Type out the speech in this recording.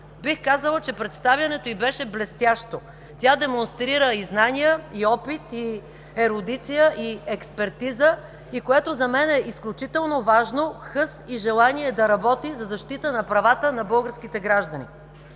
бих казала, че беше блестящо. Тя демонстрира и знания, и опит, и ерудиция, и експертиза, и което за мен е изключително важно – хъс и желание да работи за защита на правата на българските граждани.